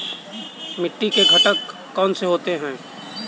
मिट्टी के घटक कौन से होते हैं?